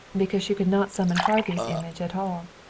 because she could not summon harvey's image at all.